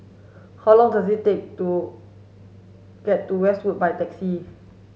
how long does it take to get to Westwood by taxi